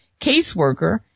caseworker